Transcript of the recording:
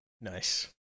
Nice